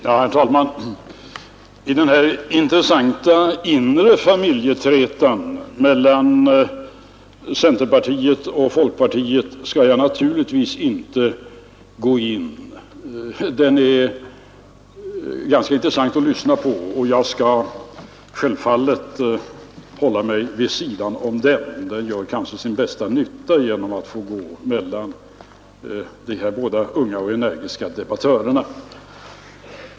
Herr talman! I den här intressanta inre familjeträtan mellan centerpartiet och folkpartiet skall jag naturligtvis inte gå in. Den är ganska intressant att lyssna på och jag skall självfallet hålla mig vid sidan om den. Den gör kanske sin bästa nytta genom att få gå mellan de här båda unga och energiska debattörerna.